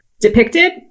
depicted